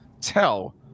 tell